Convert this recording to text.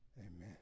Amen